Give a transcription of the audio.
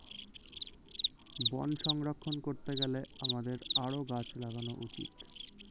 বন সংরক্ষণ করতে গেলে আমাদের আরও গাছ লাগানো উচিত